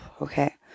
Okay